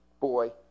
boy